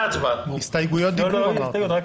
הסתייגויות דיבור, אמרת.